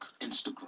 Instagram